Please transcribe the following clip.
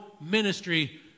ministry